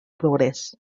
progrés